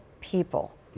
people